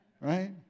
Right